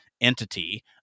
entity